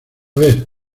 ver